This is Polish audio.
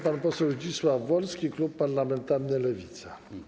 Pan poseł Zdzisław Wolski, klub parlamentarny Lewica.